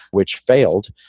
which failed.